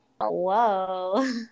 Whoa